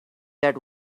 that